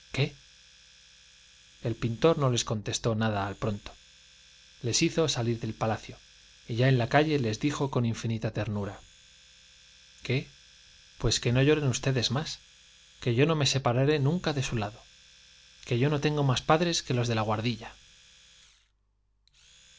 el pintor no les contestó nada al pronto les hizo salir del palacio la calle les infinita y ya en dijo con ternurá qué i pues que no lloren ustedes más que yo no me separaré nunca de su lado i que yo no tengo más padres que los de la guardilla